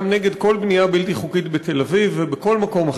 נגד כל בנייה בלתי חוקית בתל-אביב ובכל מקום אחר.